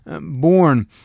born